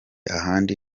ahandi